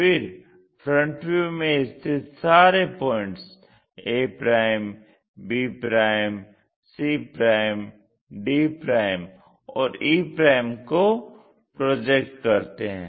फिर FV में स्थित सारे points a b c d और e को प्रोजेक्ट करते हैं